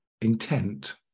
intent